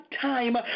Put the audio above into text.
time